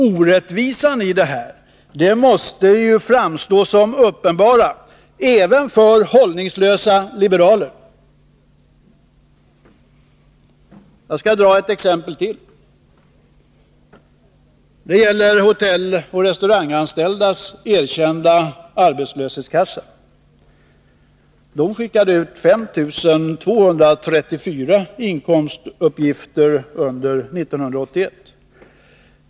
Orättvisan i detta måste ju framstå som uppenbar även för hållningslösa liberaler. Jag skall ta ännu ett exempel. Det gäller Hotelloch restauranganställdas erkända arbetslöshetskassa, som skickade ut 5 234 inkomstuppgifter under 1981.